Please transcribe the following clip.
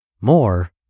More